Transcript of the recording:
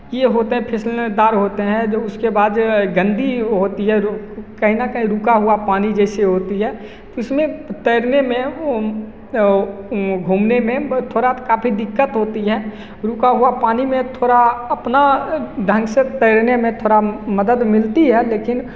ये होता हैं फिसलनदार होते हैं जो उसके बाद गन्दी होती है कहीं ना कहीं रुका हुआ पानी जैसे होती है उसमें तैरने में घूमने में थोड़ा काफी दिक्कत होती है रुका हुआ पानी में थोड़ा अपना ढंग से तैरने में थोड़ा मदद मिलती है लेकिन